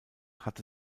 hatte